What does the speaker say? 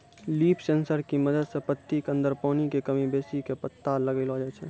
leaf sensor के मदद सॅ पत्ती के अंदर पानी के कमी बेसी के पता लगैलो जाय छै